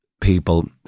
people